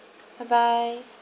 bye bye